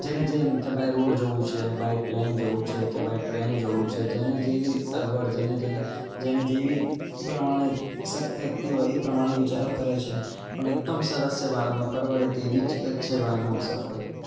જેને જેમ જ બાય રોડ જવું છે બાય પ્લેન જવું છે કે બાય ટ્રેન જવું છે જેને જેવી સગવડ જેને જેને જેવી પ્રમાણેની સ શક્તિ હોય એ પ્રમાણે વિચારો કરે છે પણ એકદમ સરસ છે ભારતમાં પરવડે તેવી જ છે ભારતમાં મુસાફરી